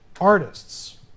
artists